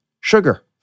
Sugar